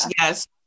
yes